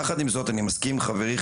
יחד עם זאת אני מסכים עם חברי,